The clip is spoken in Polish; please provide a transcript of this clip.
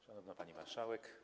Szanowna Pani Marszałek!